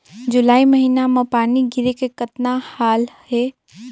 जुलाई महीना म पानी गिरे के कतना हाल हे?